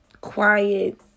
Quiet